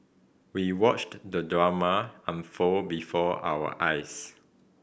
we watched the drama unfold before our eyes